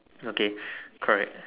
okay correct